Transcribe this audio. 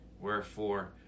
Wherefore